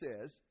says